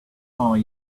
are